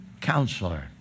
counselor